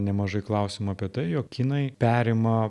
nemažai klausimų apie tai jog kinai perima